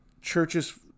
churches